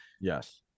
Yes